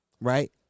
right